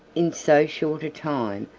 in so short a time,